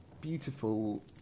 beautiful